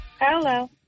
Hello